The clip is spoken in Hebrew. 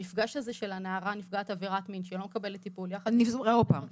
המפגש הזה של נערה נפגעת עבירת מין שלא מקבלת טיפול --- עוד פעם,